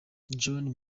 john